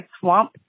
swamp